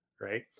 right